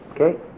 Okay